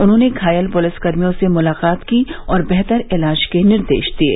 उन्होंने घायल प्लिसकर्मियों से मुलाकात की और बेहतर इलाज के निर्देश दिये